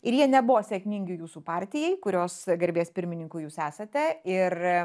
ir jie nebuvo sėkmingi jūsų partijai kurios garbės pirmininku jūs esate ir